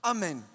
Amen